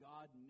God